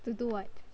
to do what